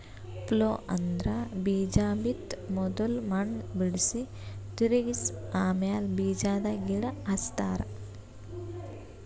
plough ಅಂದ್ರ ಬೀಜಾ ಬಿತ್ತ ಮೊದುಲ್ ಮಣ್ಣ್ ಬಿಡುಸಿ, ತಿರುಗಿಸ ಆಮ್ಯಾಲ ಬೀಜಾದ್ ಗಿಡ ಹಚ್ತಾರ